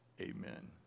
Amen